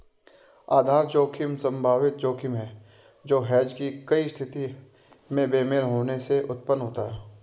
आधार जोखिम संभावित जोखिम है जो हेज की गई स्थिति में बेमेल होने से उत्पन्न होता है